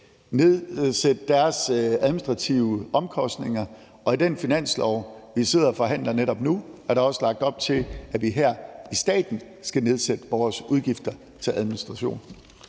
nedsætte deres administrative omkostninger, og i den finanslov, vi sidder og forhandler netop nu, er der også lagt op til, at vi her i staten skal nedsætte vores udgifter til administration.